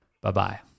Bye-bye